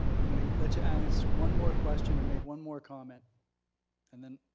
i'm gonna let you ask one more question or make one more comment and then,